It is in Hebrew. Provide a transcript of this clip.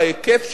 בהיקף שלה,